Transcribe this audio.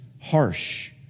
harsh